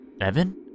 Evan